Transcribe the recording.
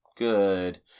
Good